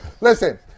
Listen